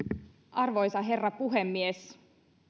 arvoisa herra puhemies